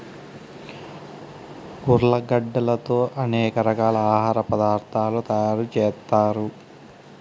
ఉర్లగడ్డలతో అనేక రకాల ఆహార పదార్థాలు తయారు చేత్తారు